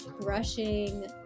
brushing